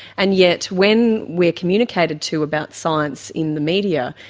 and yet when we are communicated to about science in the media,